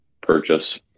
purchase